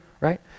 right